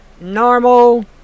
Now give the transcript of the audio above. normal